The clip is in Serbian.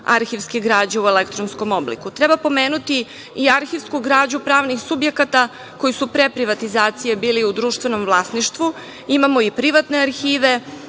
arhivske građe u elektronskom obliku. Treba pomenuti i arhivsku građu pravnih subjekata koji su pre privatizacije bili u društvenom vlasništvu. Imamo i privatne arhive.